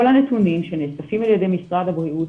כל הנתונים שנאספים על ידי משרד הבריאות